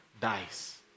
dies